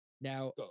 Now